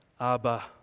Abba